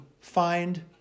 find